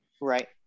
right